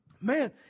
Man